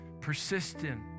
persistent